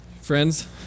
friends